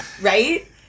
right